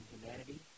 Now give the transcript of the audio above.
humanity